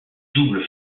double